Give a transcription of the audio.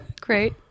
great